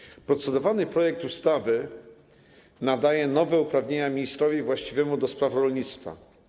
Po czwarte, procedowany projekt ustawy nadaje nowe uprawnienia ministrowi właściwemu do spraw rolnictwa.